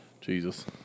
Jesus